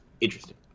interesting